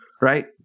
Right